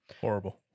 Horrible